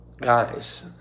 Guys